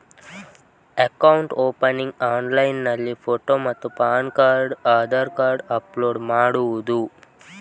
Account opening ಆನ್ಲೈನ್ನಲ್ಲಿ photo ಮತ್ತು PAN card Aadhaar card upload ಮಾಡುವುದು?